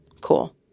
Cool